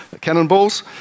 cannonballs